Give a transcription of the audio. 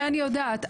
אני יודעת,